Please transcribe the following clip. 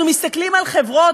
אנחנו מסתכלים על חברות,